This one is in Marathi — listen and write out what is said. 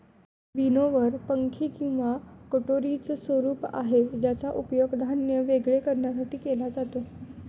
विनोवर पंखे किंवा कटोरीच स्वरूप आहे ज्याचा उपयोग धान्य वेगळे करण्यासाठी केला जातो